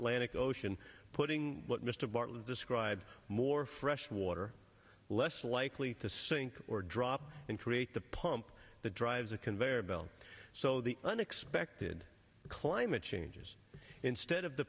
atlantic ocean putting mr bartlett's describe more fresh water less likely to sink or drop and create the pump that drives a conveyor belt so the unexpected climate changes instead of the